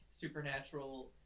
supernatural